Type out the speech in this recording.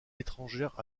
étrangères